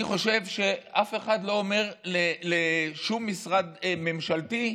אני חושב שאף אחד לא אומר לשום משרד ממשלתי: